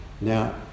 Now